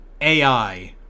AI